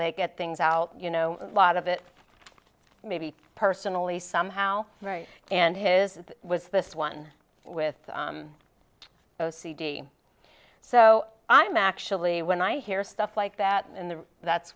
they get things out you know a lot of it maybe personally somehow right and his was this one with o c d so i'm actually when i hear stuff like that in the that's